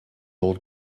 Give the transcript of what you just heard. old